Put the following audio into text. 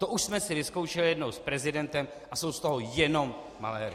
To už jsme si vyzkoušeli jednou s prezidentem a jsou z toho jenom maléry.